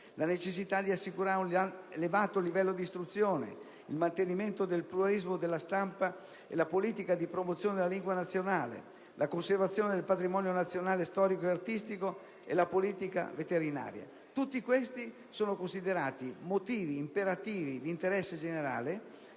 la necessità di assicurare un elevato livello di istruzione, il mantenimento del pluralismo della stampa e la politica di promozione della lingua nazionale, la conservazione del patrimonio nazionale storico e artistico, e la politica veterinaria». Tutti questi sono considerati «motivi imperativi di interesse generale»